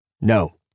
No